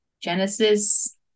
Genesis